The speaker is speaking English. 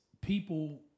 people